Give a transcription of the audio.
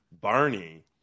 Barney